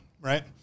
right